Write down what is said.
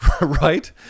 right